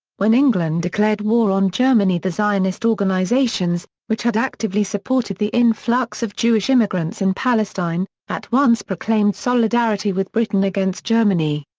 when england declared war on germany the zionist organizations, which had actively supported the influx of jewish immigrants in palestine at once proclaimed solidarity with britain against germany.